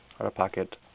out-of-pocket